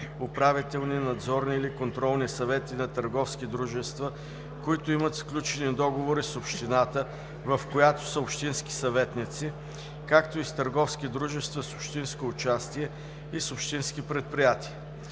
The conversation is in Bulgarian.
управителни, надзорни или контролни съвети на търговски дружества, които имат сключени договори с общината, в която са общински съветници, както и с търговски дружества с общинско участие и с общински предприятия.